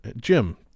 Jim